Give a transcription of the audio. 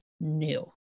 new